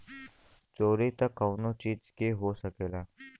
चोरी त कउनो चीज के हो सकला